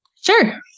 Sure